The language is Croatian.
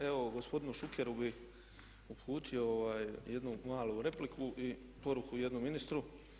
Evo gospodinu Šukeru bih uputio jednu malu repliku i poruku jednom ministru.